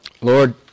Lord